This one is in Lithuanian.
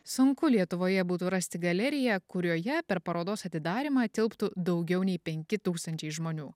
sunku lietuvoje būtų rasti galeriją kurioje per parodos atidarymą tilptų daugiau nei penki tūkstančiai žmonių